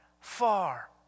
far